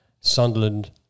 Sunderland